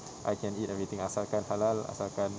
I can eat everything asalkan halal asalkan